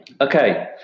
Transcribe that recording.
Okay